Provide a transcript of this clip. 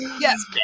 Yes